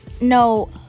No